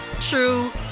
true